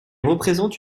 représente